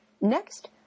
Next